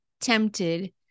tempted